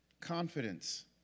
Confidence